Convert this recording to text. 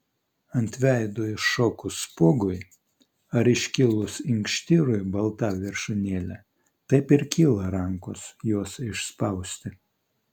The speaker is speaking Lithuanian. ant veido iššokus spuogui ar iškilus inkštirui balta viršūnėle taip ir kyla rankos juos išspausti